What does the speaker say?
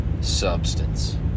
substance